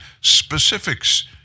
specifics